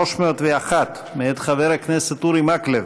301 מאת חבר הכנסת אורי מקלב.